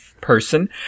person